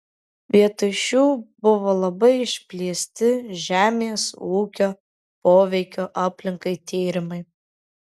vietoj šių buvo labai išplėsti žemės ūkio poveikio aplinkai tyrimai